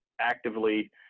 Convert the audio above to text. actively